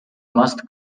must